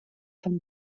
von